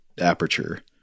aperture